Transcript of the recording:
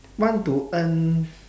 want to earn